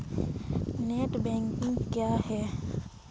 Net banking क्या है?